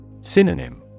Synonym